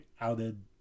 outed